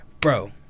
Bro